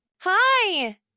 Hi